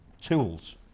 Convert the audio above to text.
tools